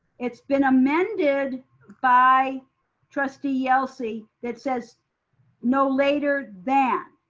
it's been amended by trustee yelsey that says no later than.